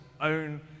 own